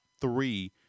three